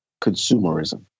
consumerism